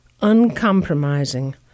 uncompromising